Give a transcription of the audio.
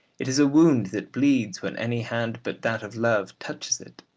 it is a wound that bleeds when any hand but that of love touches it,